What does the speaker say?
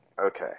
Okay